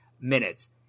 minutes